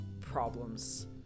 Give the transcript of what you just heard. problems